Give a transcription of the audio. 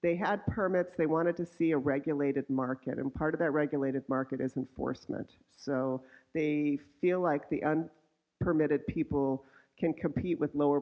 they had permits they wanted to see a regulated market and part of that regulated market isn't force meant so they feel like the permitted people can't compete with lower